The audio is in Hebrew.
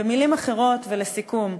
במילים אחרות, ולסיכום,